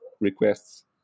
requests